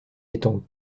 étant